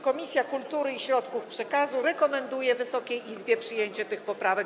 Komisja Kultury i Środków Przekazu rekomenduje Wysokiej Izbie przyjęcie tych poprawek.